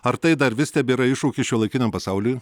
ar tai dar vis tebėra iššūkis šiuolaikiniam pasauliui